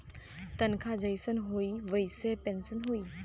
तनखा जइसन होई वइसने पेन्सन होई